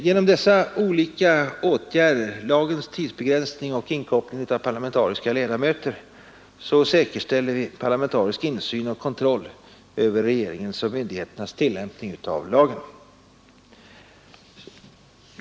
Genom dessa olika föreskrifter säkerställs parlamentarisk insyn i och kontroll över regeringens och myndigheternas tillämpning av lagen.